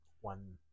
one